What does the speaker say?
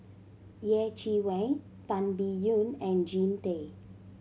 Yeh Chi Wei Tan Biyun and Jean Tay